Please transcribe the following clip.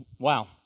Wow